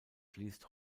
fließt